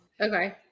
okay